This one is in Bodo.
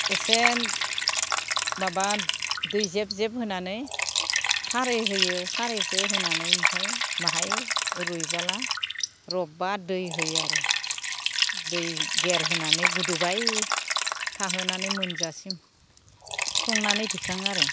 एसे माबा दै जेब जेब होनानै खारै होयो खारैखौ होनानै ओमफ्राय बाहाय रुबोला रबबा दै होयो आरो दै गेरहोनानै गोदौबाय थाहोनानै मोनजासिम संनानै दिखाङो आरो